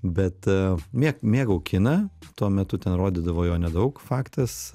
bet mėgau kiną tuo metu ten rodydavo jo nedaug faktas